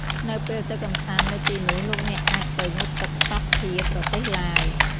នៅពេលទៅកម្សាន្តនៅទីនោះលោកអ្នកអាចទៅ ងូតទឹកកោះធា ប្រទេសឡាវ។